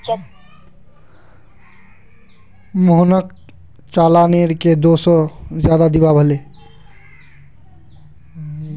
मोहनक चालानेर के दो सौ रुपए ज्यादा दिबा हले